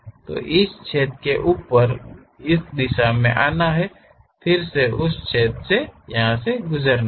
तो इस छेद के ऊपर उस दिशा में आना है फिर से उस छेद से गुजरना है